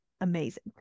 amazing